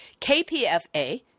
KPFA